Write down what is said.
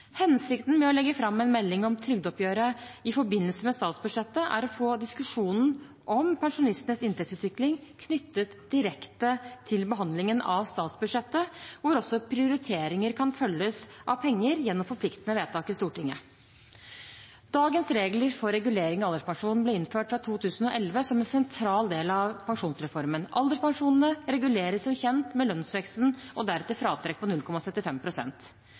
Hensikten med å legge fram en melding om trygdeoppgjøret i forbindelse med statsbudsjettet er å få diskusjonen om pensjonistenes inntektsutvikling knyttet direkte til behandlingen av statsbudsjettet, hvor også prioriteringer kan følges av penger gjennom forpliktende vedtak i Stortinget. Dagens regler for regulering av alderspensjon ble innført fra 2011 som en sentral del av pensjonsreformen. Alderspensjonene reguleres som kjent med lønnsveksten og deretter et fratrekk på